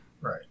Right